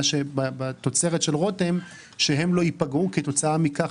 בתוצרת של רותם שהם לא ייפגעו כתוצאה מכך